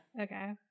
Okay